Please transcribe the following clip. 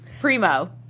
Primo